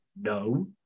no